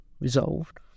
resolved